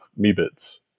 mebits